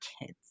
kids